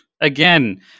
Again